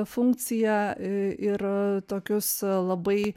funkciją e ir tokius labai